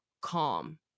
calm